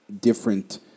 different